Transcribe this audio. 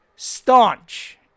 Staunch